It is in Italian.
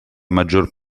maggior